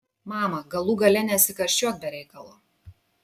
mama galų gale nesikarščiuok be reikalo